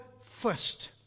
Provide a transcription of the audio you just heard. first